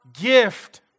Gift